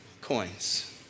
coins